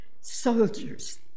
soldiers